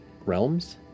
realms